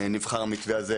נבחר המתווה הזה